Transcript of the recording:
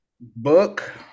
Book